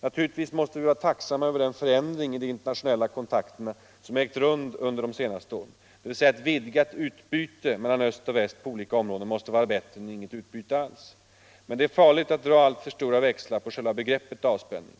Naturligtvis måste vi vara tacksamma över den förändring i de internationella kontakterna som ägt rum under senare år, dvs. ett vidgat utbyte mellan öst och väst på olika områden måste vara bättre än inget utbyte alls. Men det är farligt att dra alltför stora växlar på själva begreppet avspänning.